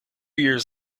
years